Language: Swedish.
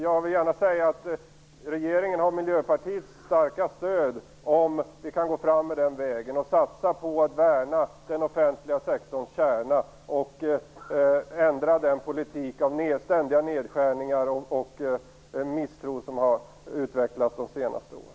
Jag vill gärna säga att regeringen har Miljöpartiets starka stöd om vi kan gå fram den vägen, satsa på att värna den offentliga sektorns kärna och ändra den politik av ständiga nedskärningar och misstro som har utvecklats de senaste åren.